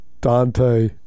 Dante